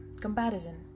comparison